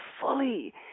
fully